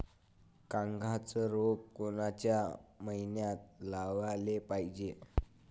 कांद्याचं रोप कोनच्या मइन्यात लावाले पायजे?